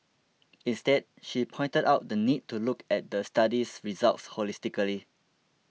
instead she pointed out the need to look at the study's results holistically